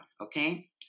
okay